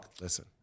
listen